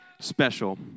Special